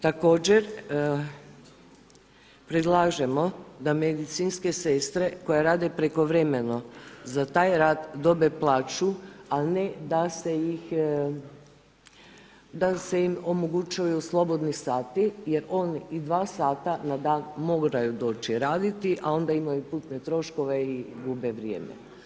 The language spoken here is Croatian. Također predlažemo da medicinske sestre koje rade prekovremeno za taj rad dobe plaću a ne da im se omogućuju slobodni sati jer one i 2 sata na dan moraju doći raditi a onda imaju putne troškove i gube vrijeme.